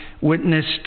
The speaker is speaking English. witnessed